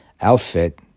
outfit